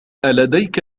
ألديك